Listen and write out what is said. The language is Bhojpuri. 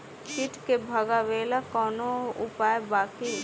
कीट के भगावेला कवनो उपाय बा की?